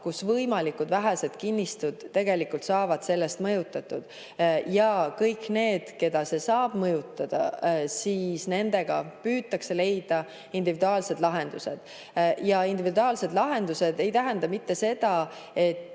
kus võimalikult vähesed kinnistud saavad sellest mõjutatud. Ja kõigiga, keda see saab mõjutada, püütakse leida individuaalsed lahendused. Individuaalsed lahendused ei tähenda mitte seda, et